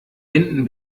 hinten